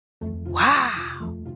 Wow